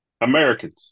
Americans